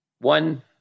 one